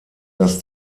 das